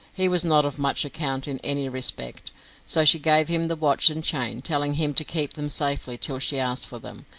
he was not of much account in any respect so she gave him the watch and chain, telling him to keep them safely till she asked for them,